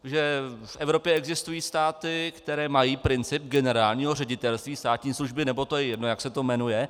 Že v Evropě existují státy, které mají princip generálního ředitelství státní služby, nebo to je jedno, jak se to jmenuje.